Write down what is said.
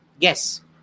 Yes